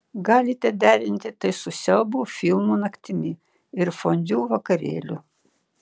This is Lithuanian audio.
galite derinti tai su siaubo filmų naktimi ir fondiu vakarėliu